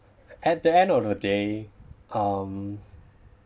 at the end of the day um